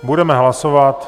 Budeme hlasovat.